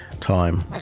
Time